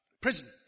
prison